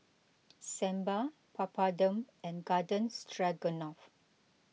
Sambar Papadum and Garden Stroganoff